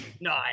No